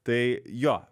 tai jo